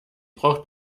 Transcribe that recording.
braucht